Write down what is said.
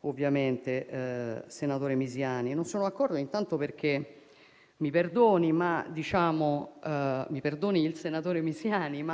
ovviamente, senatore Misiani. Non sono d'accordo, intanto perché - mi perdoni il senatore Misiani -